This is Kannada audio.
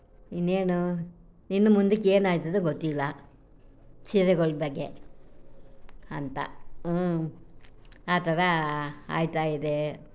ಇನ್ನೇನು ಇನ್ನೂ ಮುಂದಕ್ಕೆ ಏನು ಆಗ್ತದೆ ಗೊತ್ತಿಲ್ಲ ಸೀರೆಗಳ ಬಗ್ಗೆ ಅಂತ ಆ ಥರ ಆಗ್ತಾಯಿದೆ